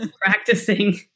practicing